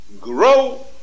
grow